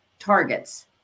targets